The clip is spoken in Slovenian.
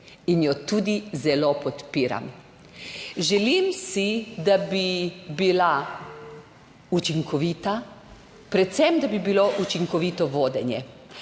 in jo tudi zelo podpiram. Želim si, da bi bila učinkovita, predvsem da bi bilo učinkovito vodenje,